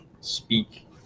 speak